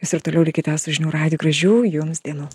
jūs ir toliau likite su žinių radiju gražių jums dienų